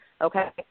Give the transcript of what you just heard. okay